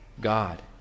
God